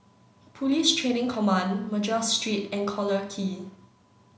Police Training Command Madras Street and Collyer Quay